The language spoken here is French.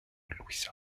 luis